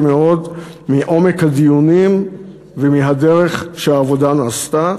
מאוד מעומק הדיונים ומהדרך שבה העבודה נעשתה.